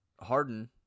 Harden